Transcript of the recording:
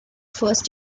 first